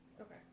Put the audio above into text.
okay